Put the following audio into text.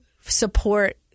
support